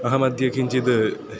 अहम् अद्य किञ्चित्